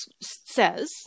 says